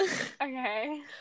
Okay